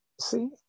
See